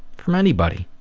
from anybody,